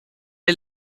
est